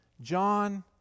John